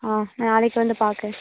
ஆ நாளைக்கு வந்து பார்க்குறேன்